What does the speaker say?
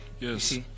yes